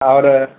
और